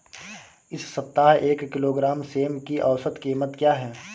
इस सप्ताह एक किलोग्राम सेम की औसत कीमत क्या है?